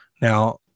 Now